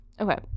okay